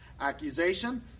accusation